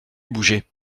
bouger